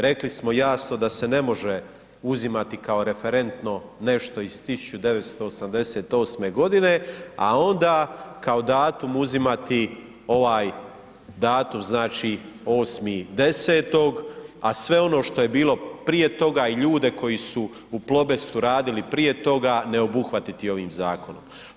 Rekli smo jasno da se ne može uzimati kao referentno nešto iz 1988. godine, a onda kao datum uzimati ovaj datum znači 8.10., a sve ono što je bilo prije toga i ljude koji su u Plobestu radili prije toga ne obuhvatiti ovim zakonom.